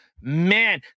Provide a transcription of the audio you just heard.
man